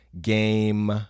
game